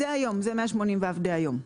זה היום, זה 180ו דהיום.